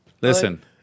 Listen